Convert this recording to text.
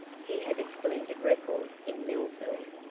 he had a splendid record in millville.